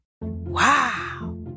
Wow